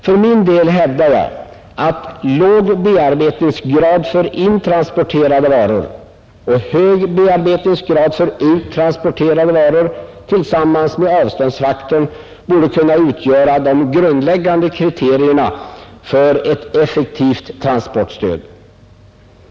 För min del hävdar jag att låg bearbetningsgrad för intransporterade varor och hög bearbetningsgrad för uttransporterade varor tillsammans Nr 63 med avståndsfaktorn borde kunna utgöra de grundläggande kriterierna Fredagen den för ett effektivt transportstöd.